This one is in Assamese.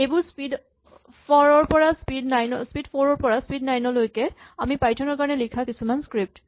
এইবোৰ স্পীড ফ'ৰ ৰ পৰা স্পীড নাইন লৈকে আমি পাইথন ৰ কাৰণে লিখা কিছুমান স্ক্ৰিপ্ট